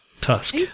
tusk